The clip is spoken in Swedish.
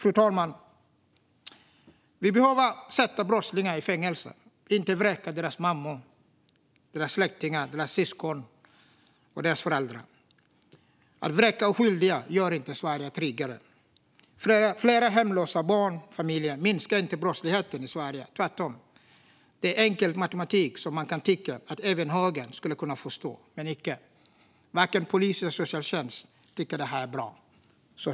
Brottslingar ska sättas i fängelse, men deras mammor, släktingar, syskon eller föräldrar ska inte vräkas. Att vräka oskyldiga gör inte Sverige tryggare. Fler hemlösa barnfamiljer minskar inte brottsligheten i Sverige - tvärtom. Det är enkel matematik som man kan tycka att även högern skulle förstå - men icke. Varken polis eller socialtjänst tycker att förslaget är bra.